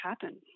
happen